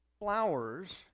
flowers